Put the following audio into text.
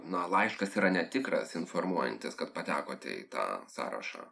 na laiškas yra netikras informuojantis kad patekote į tą sąrašą